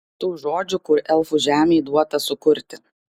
tų žodžių kur elfų žemei duota sukurti